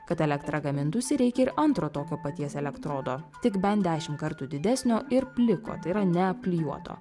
kad elektra gamintųsi reikia ir antro tokio paties elektrodo tik bent dešimt kartų didesnio ir pliko tai yra neapklijuoto